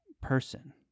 person